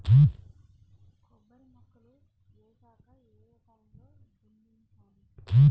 కొబ్బరి మొక్కలు వేసాక ఏ ఏ టైమ్ లో దున్నించాలి?